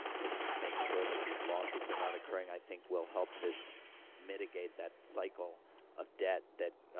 to make sure that these lawsuits are not occurring, i think, will help to mitigate that cycle of debt that,